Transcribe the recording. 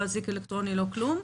לא אזיק אלקטרוני ולא כלום.